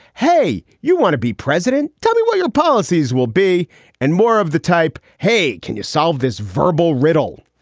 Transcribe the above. hey, you want to be president? tell me what your policies will be and more of the type. hey, can you solve this verbal riddle?